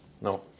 No